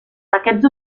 aquests